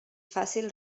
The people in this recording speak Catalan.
fàcil